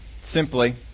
simply